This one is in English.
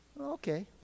Okay